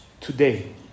today